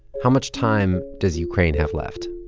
how much time does ukraine have left?